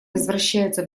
возвращается